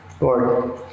Lord